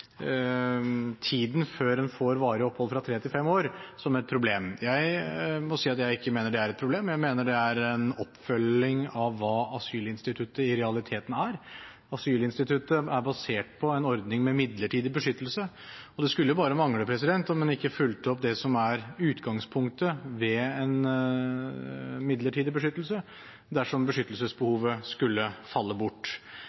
tiden før en får varig opphold, fra tre til fem år som et problem. Jeg må si at jeg mener det ikke er et problem. Jeg mener det er en oppfølging av hva asylinstituttet i realiteten er. Asylinstituttet er basert på en ordning for midlertidig beskyttelse. Det skulle bare mangle at en ikke fulgte opp det som er utgangspunktet for midlertidig beskyttelse, dersom beskyttelsesbehovet skulle falle bort.